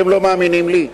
אתם לא מאמינים לי?